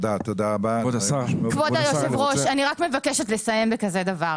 כבוד היושב-ראש, אני מבקשת לסיים בכזה דבר